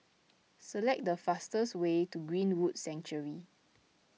select the fastest way to Greenwood Sanctuary